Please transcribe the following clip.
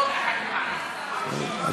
בבקשה.